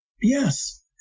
yes